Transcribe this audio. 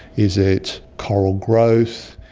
is it coral growth,